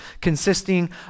consisting